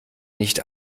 nicht